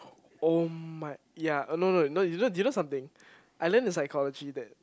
oh my ya uh no no no you know do you know something I learn the psychology that